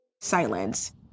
Silence